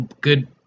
Good